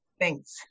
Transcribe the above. thanks